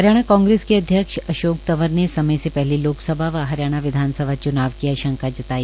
हरियाणा कांग्रे के अध्यक्ष अशोक तंवर ने समय से पहले लोकसभा व हरियाणा विधानसभा च्नाव की आशंका जताई